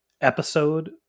episode